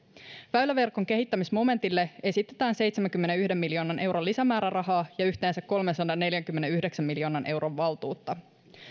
väyläverkon kehittämisen momentille esitetään seitsemänkymmenenyhden miljoonan euron lisämäärärahaa ja yhteensä kolmensadanneljänkymmenenyhdeksän miljoonan euron valtuutta